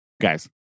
Guys